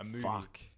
Fuck